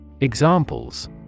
Examples